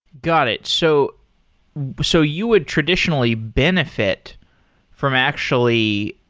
got it. so so you would traditionally benefit from actually